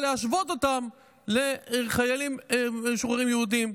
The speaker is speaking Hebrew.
להשוות אותן לשל חיילים משוחררים יהודים.